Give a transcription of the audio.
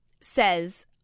says